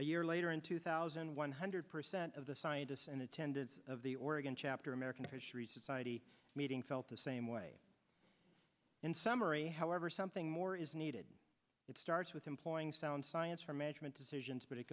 a year later in two thousand one hundred percent of the scientists and attended of the oregon chapter american fisheries society meeting felt the same way in summary however something more is needed it starts with employing sound science for management decisions but it